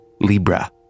Libra